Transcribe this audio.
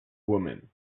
woman